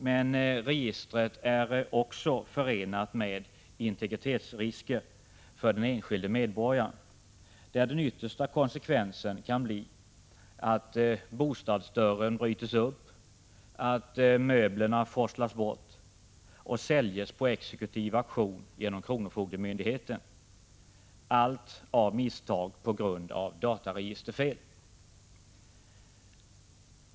Men registret är också förenat med integritetsrisker för den enskilde medborgaren, där den yttersta konsekvensen kan bli att bostadsdörren bryts upp och möblerna forslas bort och säljs på exekutiv auktion genom kronofogdemyndigheten — allt av misstag på grund av dataregisterfel.